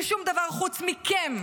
ששום דבר חוץ מכם,